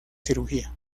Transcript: cirugía